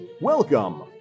Welcome